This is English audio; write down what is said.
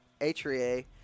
atria